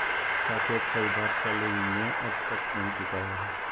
साकेत का उधार शालिनी ने अब तक नहीं चुकाया है